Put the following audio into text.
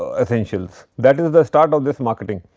ah essentials that is the start of this marketing